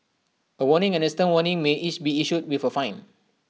A warning and A stern warning may each be issued with A fine